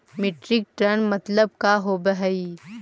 Metric ton मतलब का होव हइ?